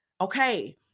okay